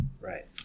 right